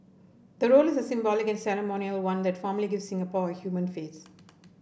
the role is a symbolic and ceremonial one that formally gives Singapore a human face